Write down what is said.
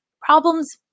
problems